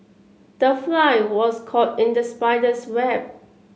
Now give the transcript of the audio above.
the fly was caught in the spider's web